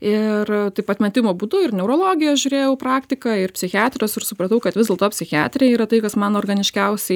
ir taip atmetimo būdu ir neurologijos žiūrėjau praktiką ir psichiatrijos ir supratau kad vis dėlto psichiatrija yra tai kas man organiškiausiai